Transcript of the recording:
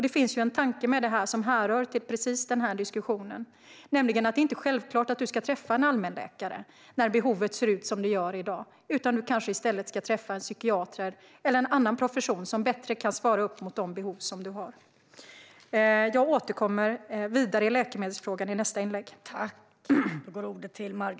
Det finns en tanke med detta som har att göra med precis denna diskussion, nämligen att det inte är självklart att man ska träffa en allmänläkare när behovet ser ut som det gör i dag. Kanske ska man i stället träffa en psykiater eller en annan profession, som bättre kan svara upp mot de behov som man har. Jag återkommer till läkemedelsfrågan i nästa inlägg.